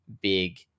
big